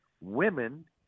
women